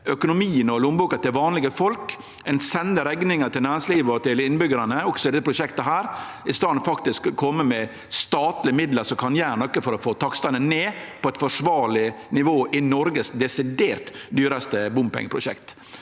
økonomien og lommeboka til vanlege folk. Ein sender rekninga til næringslivet og innbyggjarane, også i dette prosjektet, i staden for faktisk å kome med statlege midlar som kan gjere noko for å få takstane ned på eit forsvarleg nivå i Noregs desidert dyraste bompengeprosjekt.